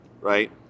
right